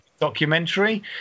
documentary